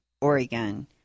Oregon